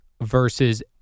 versus